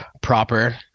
proper